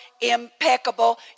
impeccable